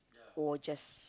or just